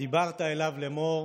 "ודברת אליו לֵאמֹר